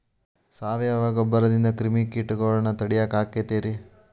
ಸಾವಯವ ಗೊಬ್ಬರದಿಂದ ಕ್ರಿಮಿಕೇಟಗೊಳ್ನ ತಡಿಯಾಕ ಆಕ್ಕೆತಿ ರೇ?